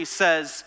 says